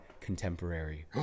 contemporary